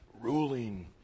ruling